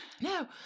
No